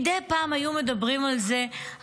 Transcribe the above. מדי פעם היו מדברים על זה,